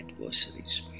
adversaries